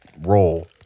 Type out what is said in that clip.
role